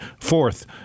fourth